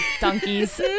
donkeys